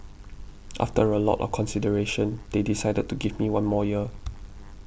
after a lot of consideration they decided to give me one more year